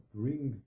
bring